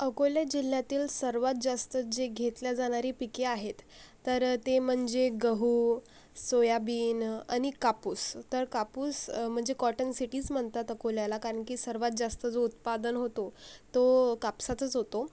अकोल्या जिल्ह्यातील सर्वात जास्त जे घेतल्या जानारी पिके आहेत तर ते मनजे गहू सोयाबीन अनि कापूस तर कापूस मनजे कॉटन सिटीस मनतात अकोल्याला कान की सर्वात जास्त जो उत्पादन होतो तो कापसाचाच होतो